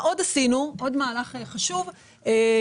עוד מהלך חשוב שעשינו.